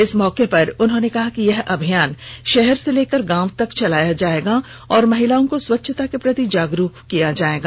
इस मौके पर उन्होंने कहा कि यह अभियान शहर से लेकर गांव तक चलाया जायेगा और महिलाओं को स्वच्छता के प्रति जागरूक किया जायेगा